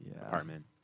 apartment